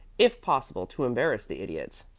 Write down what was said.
if possible, to embarrass the idiot.